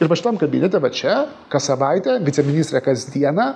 ir va šitam kabinete va čia kas savaitę viceministrė kasdieną